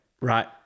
Right